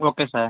okay sir